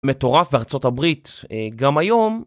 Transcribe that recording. מטורף בארצות הברית גם היום.